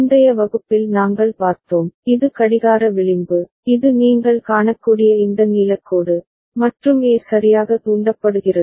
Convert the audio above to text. முந்தைய வகுப்பில் நாங்கள் பார்த்தோம் இது கடிகார விளிம்பு இது நீங்கள் காணக்கூடிய இந்த நீலக்கோடு மற்றும் A சரியாக தூண்டப்படுகிறது